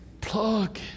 Plug